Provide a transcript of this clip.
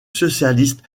socialiste